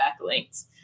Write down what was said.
backlinks